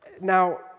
Now